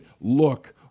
look